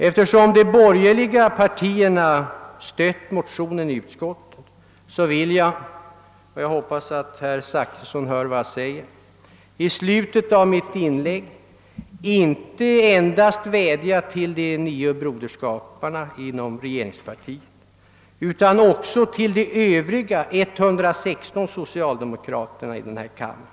Eftersom de borgerliga partierna stött motionen i utskottet, vill jag — och jag hoppas att herr Zachrisson hör vad jag säger — avslutningsvis inte endast vädja till de nio medlemmarna av Broderskapsrörelsen bland ledamöterna från regeringspartiet utan också till de övriga 116 socialdemokraterna i den na kammare.